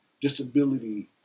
disability